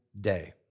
day